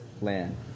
land